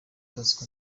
bosco